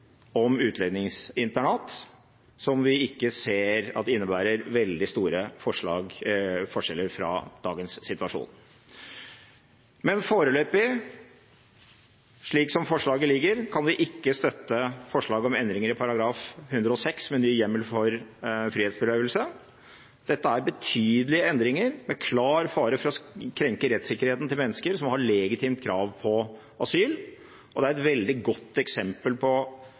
om utlendingsinternat, som vi ikke ser at innebærer veldig store forskjeller fra dagens situasjon. Men foreløpig, slik som forslaget ligger, kan vi ikke støtte forslaget om endringer i § 106 med ny hjemmel for frihetsberøvelse. Dette er betydelige endringer med klar fare for å krenke rettssikkerheten til mennesker som har legitimt krav på asyl, og det er et veldig godt eksempel på